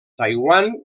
taiwan